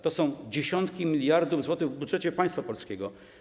To są dziesiątki miliardów złotych w budżecie państwa polskiego.